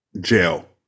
jail